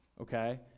okay